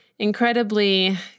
incredibly